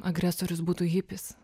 agresorius būtų hipis